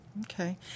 Okay